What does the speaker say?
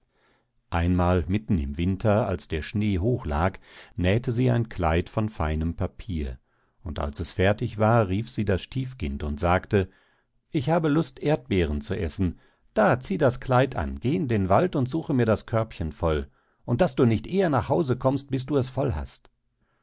einmal mitten im winter als der schnee hoch lag nähte sie ein kleid von seinem papier und als es fertig war rief sie das stiefkind und sagte ich habe lust erdbeeren zu essen da zieh das kleid an geh in den wald und suche mir das körbchen voll und daß du nicht eher nach haus kommst bis du es voll hast